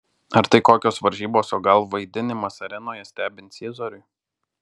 ar tai kokios varžybos o gal vaidinimas arenoje stebint ciesoriui